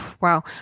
Wow